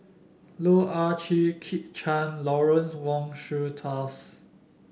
Loh Ah Chee Kit Chan and Lawrence Wong Shyun Tsai